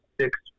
six